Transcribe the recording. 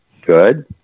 Good